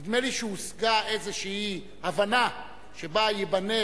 נדמה לי שהושגה איזושהי הבנה שבה ייבנה